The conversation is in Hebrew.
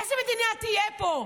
איזו מדינה תהיה פה?